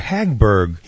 Hagberg